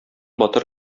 батыр